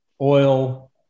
oil